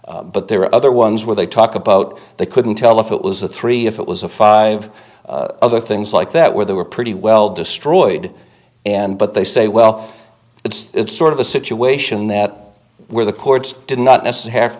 counted but there were other ones where they talk about they couldn't tell if it was a three if it was a five other things like that where they were pretty well destroyed and but they say well it's sort of a situation that where the courts did not necessar